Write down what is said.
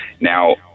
Now